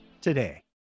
today